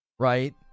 Right